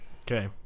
Okay